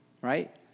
right